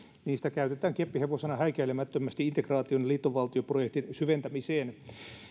sitä käytetään keppihevosena häikäilemättömästi integraation ja liittovaltioprojektin syventämiseen